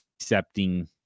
accepting